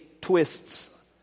twists